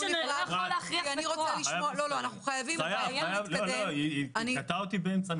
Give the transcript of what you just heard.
אנחנו חייבים --- היא קטעה אותי באמצע משפט.